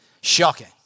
shocking